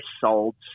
sold